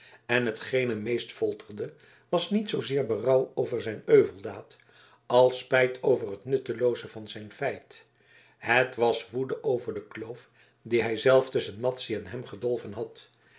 en hetgeen hem meest folterde was niet zoozeer berouw over zijn euveldaad als spijt over het nuttelooze van zijn feit het was woede over de kloof die hij zelf tusschen madzy en hem gedolven had